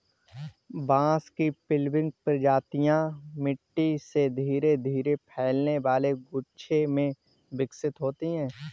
बांस की क्लंपिंग प्रजातियां मिट्टी से धीरे धीरे फैलने वाले गुच्छे में विकसित होती हैं